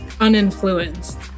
uninfluenced